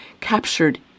captured